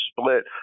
split